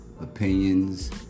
opinions